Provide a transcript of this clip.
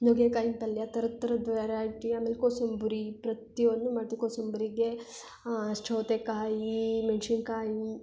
ನುಗ್ಗೆಕಾಯಿ ಪಲ್ಯ ಥರದ್ದು ಥರದ್ದು ವೆರೈಟಿ ಆಮೇಲೆ ಕೋಸುಂಬರಿ ಪ್ರತಿಯೊಂದು ಮಾಡ್ತೀವಿ ಕೋಸುಂಬರಿಗೆ ಸೌತೆಕಾಯಿ ಮೆಣ್ಸಿನ್ಕಾಯಿ